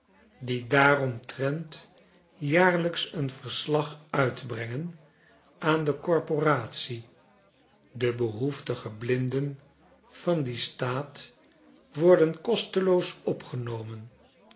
die daaromtrent jaarlijks een verslag uitbrengen aan de corporatie de behoeftige blinden van dien staat worden kosteloos opgenomen